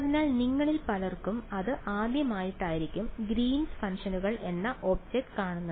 അതിനാൽ നിങ്ങളിൽ പലർക്കും ഇത് ആദ്യമായിട്ടായിരിക്കും ഗ്രീൻസ് ഫങ്ഷനുകൾ എന്ന ഈ ഒബ്ജക്റ്റ് കാണുന്നത്